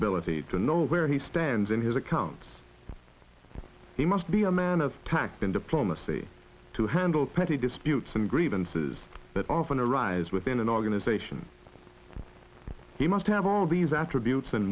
ability to know where he stands in his accounts he must be a man of tact and diplomacy to handle petty disputes and grievances that often arise within an organization he must have all these attributes and